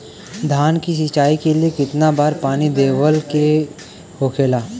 धान की सिंचाई के लिए कितना बार पानी देवल के होखेला?